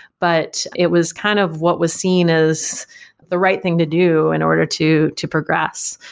but it was kind of what was seen as the right thing to do in order to to progress.